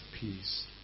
Peace